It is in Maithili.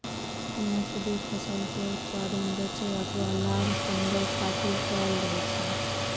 नकदी फसल के उत्पादन बेचै अथवा लाभ कमबै खातिर कैल जाइ छै